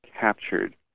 captured